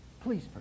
Please